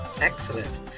excellent